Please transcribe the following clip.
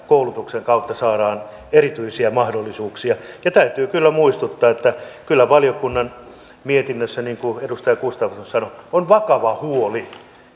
koulutuksen kautta saadaan erityisiä mahdollisuuksia ja täytyy kyllä muistuttaa että kyllä valiokunnan mietinnössä niin kuin edustaja gustafsson sanoi on vakava huoli